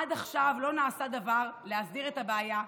עד עכשיו לא נעשה דבר להסדיר את הבעיה,